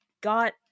got